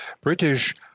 British